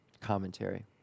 commentary